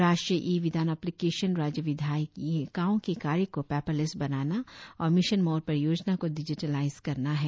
राष्ट्रीय e Vidhan application राज्य विधायिकाओं के कार्य को पेपरलेस बनाना और मिशन मोड परियोजना को डिजिटेलाईस करना है